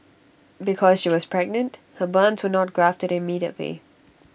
because she was pregnant her burns were not grafted immediately